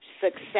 success